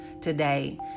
today